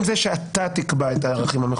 בגלל ריבוי המשתתפים לא נזכיר את כל מי שנמצאים כאן,